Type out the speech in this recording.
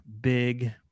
big